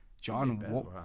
John